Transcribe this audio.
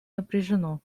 напряжено